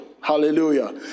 Hallelujah